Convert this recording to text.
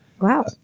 Wow